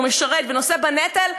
ומשרת ונושא בנטל,